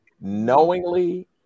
knowingly